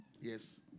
Yes